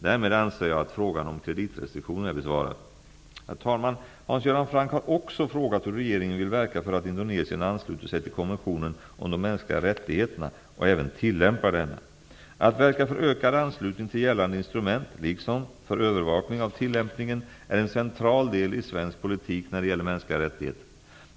Därmed anser jag att frågan om kreditrestriktioner är besvarad. Herr talman! Hans Göran Franck har också frågat hur regeringen vill verka för att Indonesien ansluter sig till konventionen om de mänskliga rättigheterna och även tillämpar denna. Att verka för ökad anslutning till gällande instrument, liksom för övervakning av tillämpningen, är en central del i svensk politik när det gäller mänskliga rättigheter.